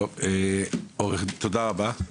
תודה רבה.